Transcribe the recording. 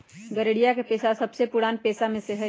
गरेड़िया के पेशा सबसे पुरान पेशा में से हई